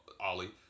Ollie